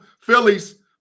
Phillies